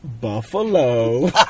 Buffalo